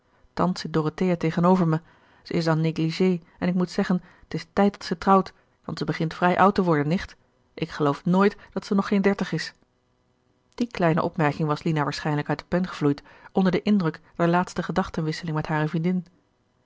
thans zit dorothea tegenover me ze is en negligé en ik moet zeggen t is tijd dat zij trouwt want ze begint vrij oud te worden nicht ik geloof nooit dat ze nog geen dertig is die kleine opmerking was lina waarschijnlijk uit de pen gevloeid onder den indruk der laatste gedachtenwisseling met hare vriendin